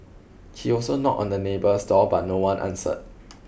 he also knocked on the neighbour's door but no one answered